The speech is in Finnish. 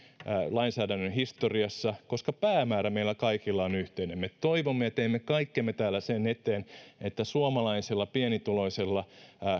lainsäädännön historiassa koska päämäärä meillä kaikilla on yhteinen me toivomme ja teemme kaikkemme täällä sen eteen että suomalaisella pienituloisella